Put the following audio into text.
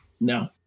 No